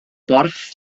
borth